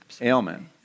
ailment